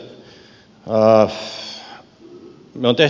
nämä petoasiat